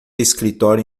escritório